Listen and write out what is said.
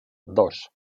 dos